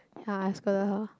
ya I scolded her